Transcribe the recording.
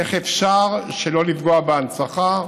איך אפשר שלא לפגוע בהנצחה,